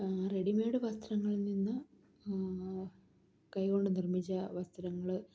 readymade വസ്ത്രങ്ങളിൽ നിന്ന് കൈകൊണ്ട് നിർമ്മിച്ച വസ്ത്രങ്ങള്